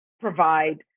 provide